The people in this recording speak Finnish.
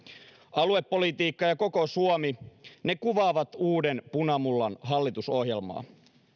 aluepolitiikka ja ja koko suomi ne kuvaavat uuden punamullan hallitusohjelmaa